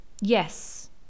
Yes